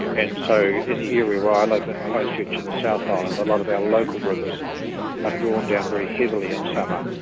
and so in the area where i live in christchurch in the south island a lot of our local rivers are drawn down very heavily in summer.